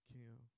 Kim